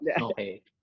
Okay